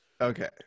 Okay